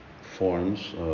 forms